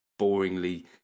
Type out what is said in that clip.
boringly